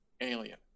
Alien